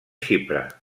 xipre